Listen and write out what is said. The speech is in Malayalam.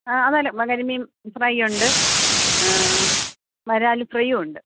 ആ അതേലോ കരിമീൻ ഫ്രൈ ഉണ്ട് വരാല് ഫ്രൈ ഉണ്ട്